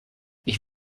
ich